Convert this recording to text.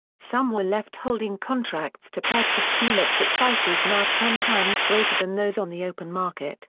some were left holding contracts to purchase tulips at prices now ten times greater than those on the open market,